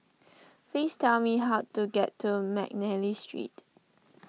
please tell me how to get to McNally Street